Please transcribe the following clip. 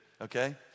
Okay